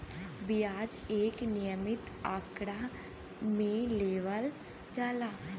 बियाज एक नियमित आंकड़ा मे लेवल जाला